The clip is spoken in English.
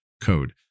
code